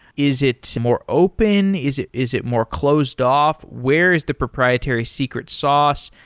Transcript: is it more open? is it is it more closed off? where is the proprietary secret sauce?